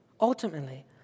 Ultimately